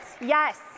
Yes